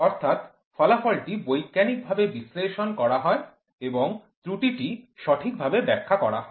অর্থাৎ ফলাফল টি বৈজ্ঞানিক ভাবে বিশ্লেষণ করা হয় এবং ত্রুটিটি সঠিকভাবে ব্যাখ্যা করা হয়